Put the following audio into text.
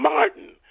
Martin